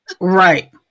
Right